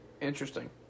Interesting